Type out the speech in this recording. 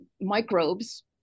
microbes